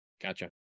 Gotcha